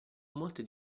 molti